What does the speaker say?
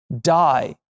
die